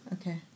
Okay